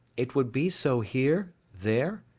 it would be so here, there,